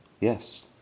Yes